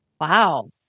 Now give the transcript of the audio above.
Wow